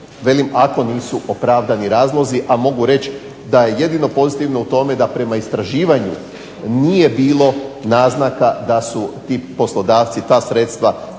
ako nisu opravdani razlozi. A mogu reći da je jedino pozitivno u tome, da prema istraživanju nije bilo naznaka da su ti poslodavci ta sredstva